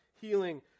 healing